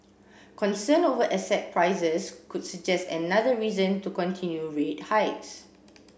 concern over asset prices could suggest another reason to continue rate hikes